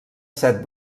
set